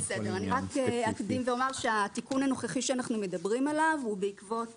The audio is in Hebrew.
אני רק אקדים ואומר שהתיקון הנוכחי שאנחנו מדברים עליו הוא בעקבות